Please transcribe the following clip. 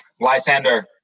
Lysander